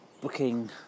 booking